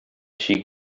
she